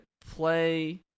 play